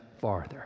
farther